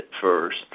first